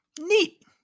neat